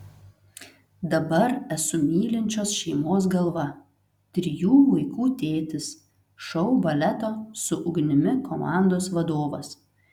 dabar esu mylinčios šeimos galva trijų vaikų tėtis šou baleto su ugnimi komandos vadovas